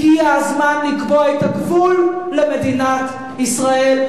הגיע הזמן לקבוע את הגבול למדינת ישראל,